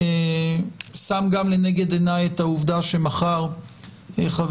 אני שם גם לנגד עיני את העובדה שמחר חברתי